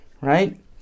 Right